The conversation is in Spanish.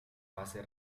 fase